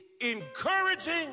encouraging